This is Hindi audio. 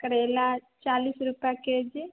करेला चालीस रुपये के जी